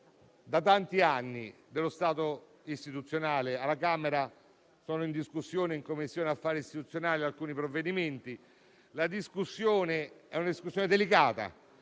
da tanti anni del suo *status* istituzionale, alla Camera sono in discussione in Commissione affari istituzionali alcuni provvedimenti. La discussione è delicata,